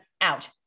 out